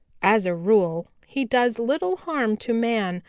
as a rule he does little harm to man,